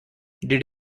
did